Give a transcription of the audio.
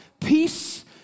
peace